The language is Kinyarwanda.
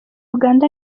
uganda